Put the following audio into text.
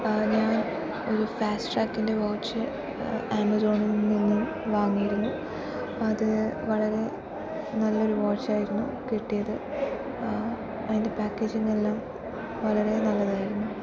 ആ ഞാൻ ഒരു ഫാസ്റ്റ് ട്രാക്കിൻ്റെ വാച്ച് ആമസോണിൽ നിന്നും വാങ്ങിയിരുന്നു അപ്പം അത് വളരെ നല്ലൊരു വാച്ചായിരുന്നു കിട്ടിയത് അതിൻ്റെ പാക്കേജിങ് എല്ലാം വളരെ നല്ലതായിരുന്നു